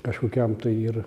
kažkokiam tai ir